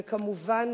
וכמובן,